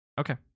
okay